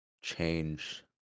change